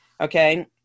okay